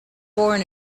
born